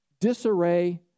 disarray